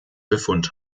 befund